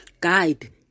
guide